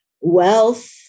wealth